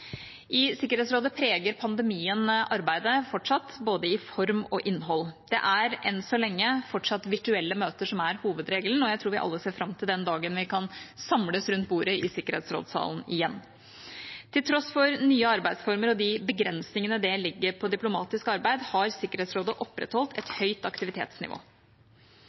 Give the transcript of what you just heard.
I Sikkerhetsrådet preger pandemien arbeidet fortsatt, i både form og innhold. Det er enn så lenge fortsatt virtuelle møter som er hovedregelen, og jeg tror vi alle ser fram til den dagen vi nok en gang kan samles rundt bordet i sikkerhetsrådssalen. Til tross for nye arbeidsformer og de begrensningene det legger på diplomatisk arbeid, har Sikkerhetsrådet opprettholdt et høyt aktivitetsnivå.